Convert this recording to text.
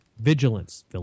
vigilance